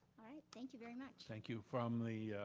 all right, thank you very much. thank you. from the,